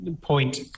point